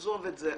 עזוב את זה,